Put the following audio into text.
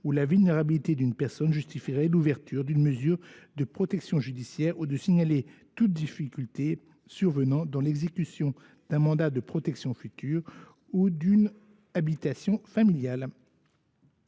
où la vulnérabilité d’une personne justifierait l’ouverture d’une mesure de protection judiciaire ou toutes difficultés survenant dans l’exécution d’un mandat de protection future ou d’une habitation familiale.